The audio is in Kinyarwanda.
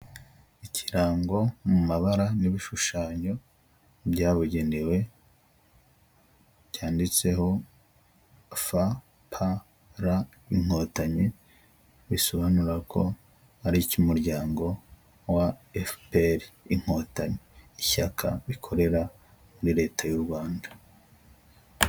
Ikirango mu mabara n'ibishushanyo byabugenewe, cyanditseho FPR Inkotanyi, bisobanura ko ari icy'umuryango wa FPR Inkotanyi, ishyaka rikorera muri Leta y'u Rwanda.